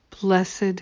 blessed